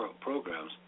programs